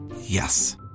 Yes